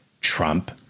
Trump